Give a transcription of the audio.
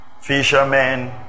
fishermen